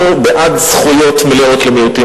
אנחנו בעד זכויות מלאות למיעוטים,